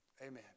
Amen